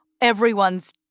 everyone's